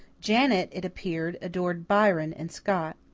janet, it appeared, adored byron and scott.